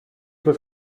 was